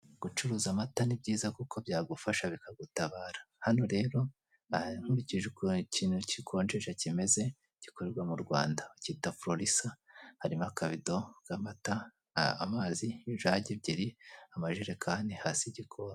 Gucuruza amata ni byiza ndetse byagufasha bikagutabara hano rero nkurikije ukuntu ukintu gikonjesha kimeze gikorerwa mu Rwanda bakita furorisa harimo akabido k'amata, amazi, ijagi ebyiri, amajerekani hasi igikombe.